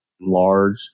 large